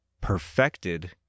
perfected